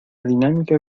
dinámica